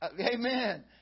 Amen